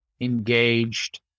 engaged